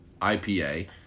IPA